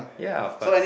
yeah of course